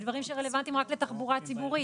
דברים שרלוונטיים רק לתחבורה ציבורית